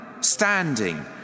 standing